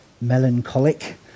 melancholic